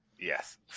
Yes